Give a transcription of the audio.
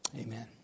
Amen